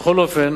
בכל אופן,